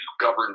govern